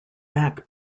back